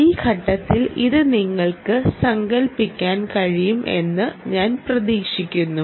ഈ ഘട്ടത്തിൽ ഇത് നിങ്ങൾക്ക് സകല്പിക്കാൻ കഴിയും എന്ന് ഞാൻ പ്രതീക്ഷിക്കുന്നു